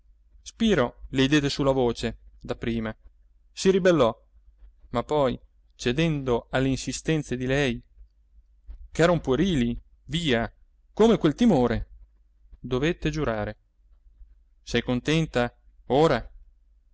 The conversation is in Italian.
spiro le diede su la voce dapprima si ribellò ma poi cedendo alle insistenze di lei ch'eran puerili via come quel timore dovette giurare sei contenta ora